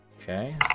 okay